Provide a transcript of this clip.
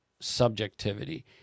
Subjectivity